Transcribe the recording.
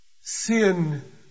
sin